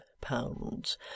pounds